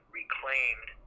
reclaimed